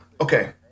okay